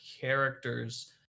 character's